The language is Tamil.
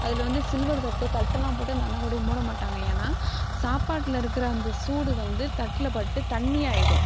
அதில் வந்து சில்லுவர் தட்டு தட்டெலாம் போட்டு அந்த அன்னக்கூடையை மூட மாட்டாங்க ஏன்னால் சாப்பாட்டில் இருக்கிற அந்த சூடு வந்து தட்டில் பட்டு தண்ணியாகிடும்